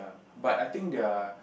but I think their